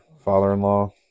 father-in-law